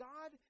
God